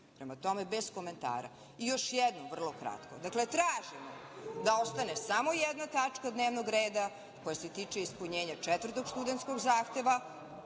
Prema tome, bez komentara. Još jednom, vrlo kratko, dakle, tražimo da ostane samo jedna tačka dnevnog reda koja se tiče ispunjenja četvrtog studentskog zahteva.